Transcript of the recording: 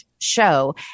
show